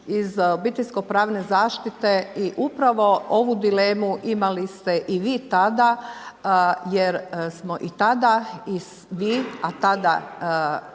iz obiteljsko-pravne zaštite i upravo ovu dilemu imali ste i vi tada jer smo i tada i vi, a tada,